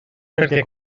perquè